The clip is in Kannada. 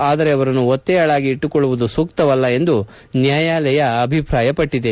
ಆದರೆ ಅವರನ್ನು ಒತ್ತೆಯಾಳಾಗಿ ಇಟ್ಟುಕೊಳ್ಳುವುದು ಸೂಕ್ತವಲ್ಲ ಎಂದು ನ್ಯಾಯಾಲಯ ಅಭಿಪ್ರಾಯಪಟ್ಟದೆ